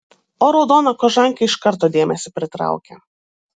o raudona kožankė iš karto dėmesį pritraukia